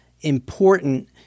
important